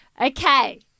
okay